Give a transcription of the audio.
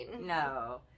No